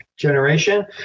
Generation